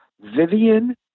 Vivian